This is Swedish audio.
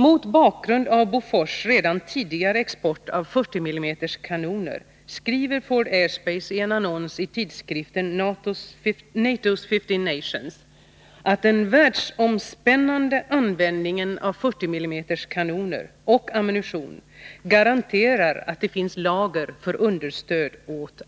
Mot bakgrund av Bofors tidigare export av 40 mm kanoner skriver Ford Aerospace i en annons i tidiskriften NATO's Fifteen Nations att den världsomspännande användningen av 40 mm kanoner och ammunition garanterar att det finns lager för understöd åt